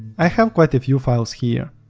i have quite a few files here.